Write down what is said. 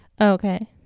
Okay